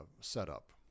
setup